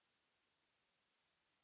Merci